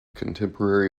contemporary